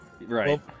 Right